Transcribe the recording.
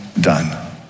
done